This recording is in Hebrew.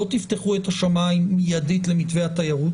לא תפתחו את השמיים מיידית למתווה התיירות.